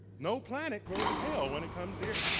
no planet grows a tail when it comes near.